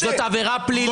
זאת עבירה פלילית.